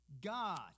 God